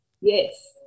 Yes